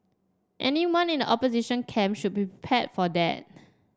anyone in the opposition camp should be prepared for that